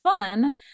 fun